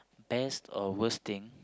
best or worst thing